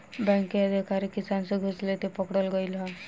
bank के अधिकारी किसान से घूस लेते पकड़ल गइल ह